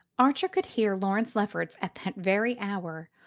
archer could hear lawrence lefferts, at that very hour,